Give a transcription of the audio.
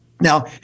Now